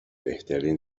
بهترین